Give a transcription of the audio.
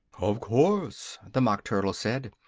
of course, the mock turtle said,